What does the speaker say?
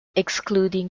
excluding